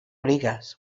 ligas